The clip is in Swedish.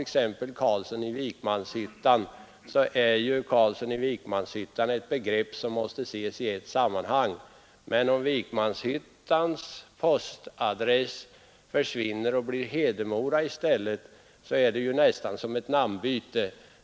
”Herr Carlsson i Vikmanshyttan” är ett begrepp som måste ses i ett sammanhang, och om postadressen Vikmanshyttan försvinner och blir Hedemora i stället är det nästan som ett namnbyte.